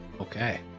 Okay